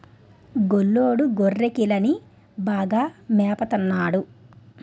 గొల్లోడు గొర్రెకిలని బాగా మేపత న్నాడు